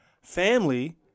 Family